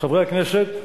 חברי הכנסת,